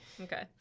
Okay